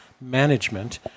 management